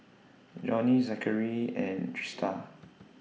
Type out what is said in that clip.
Johney Zachary and Trista